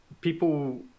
people